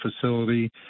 facility